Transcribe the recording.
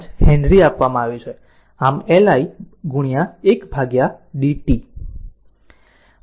5 henry આપવામાં આવ્યું છે આમ L l 1 dt